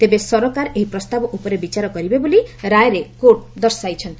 ତେବେ ସରକାର ଏହି ପ୍ରସ୍ତାବ ଉପରେ ବିଚାର କରିବେ ବୋଲି ରାୟରେ କୋର୍ଟ ଦର୍ଶାଇଛନ୍ତି